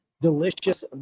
delicious